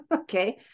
Okay